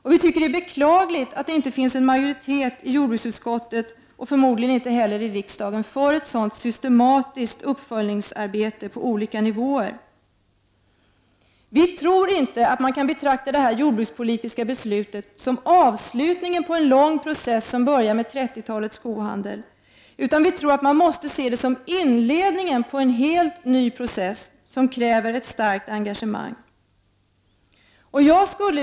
Vi tycker att det är beklagligt att det inte finns en majoritet i jordbruksutskottet och förmodligen inte heller i riksdagen för en sådan systematisk uppföljning på olika nivåer. Vi tror inte att man skall betrakta det jordbrukspolitiska beslutet som avslutningen på en lång process, som började med 30-talets kohandel. Vi tror att man måste se det som en inledning till en helt ny process, som kräver ett starkt engagemang.